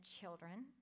children